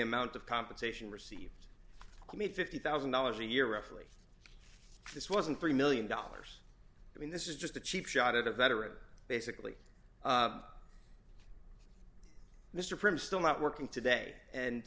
amount of compensation received i mean fifty thousand dollars a year roughly this wasn't three million dollars i mean this is just a cheap shot at a veteran basically mr prince still not working today and